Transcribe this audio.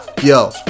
Yo